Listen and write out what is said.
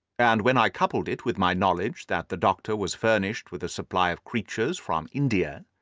and when i coupled it with my knowledge that the doctor was furnished with a supply of creatures from india,